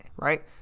Right